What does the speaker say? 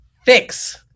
fix